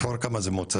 כפר כמא היא מעוצה